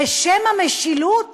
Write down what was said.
בשם המשילות